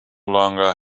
longer